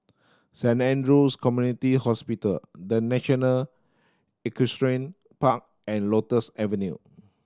Saint Andrew's Community Hospital The National Equestrian Park and Lotus Avenue